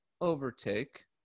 overtake